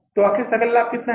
तो आखिर सकल लाभ कितना है